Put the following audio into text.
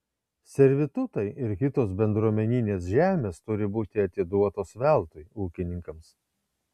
servitutai ir kitos bendruomeninės žemės turi būti atiduotos veltui ūkininkams